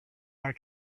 our